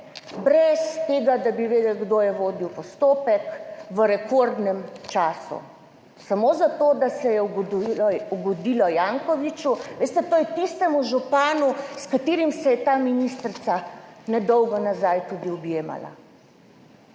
brez tega, da bi vedeli, kdo je vodil postopek v rekordnem času, samo zato, da se je ugodilo Jankoviću. Veste, to je tistemu županu, s katerim se je ta ministrica nedolgo nazaj tudi objemala.